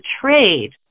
trade